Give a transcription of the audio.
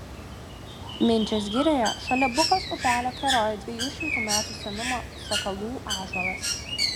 minčios girioje šalia bukos upelio keroja dviejų šimtų metų senumo sakalų ąžuolas